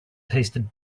tasted